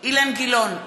אילן גילאון,